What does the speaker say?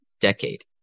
decade